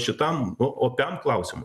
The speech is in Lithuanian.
šitam opiam klausimui